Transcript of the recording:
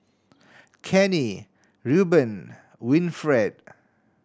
Kenney Rueben Winfred